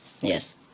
yes